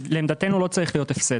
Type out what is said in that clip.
לעמדתנו לא צריך להיות הפסד.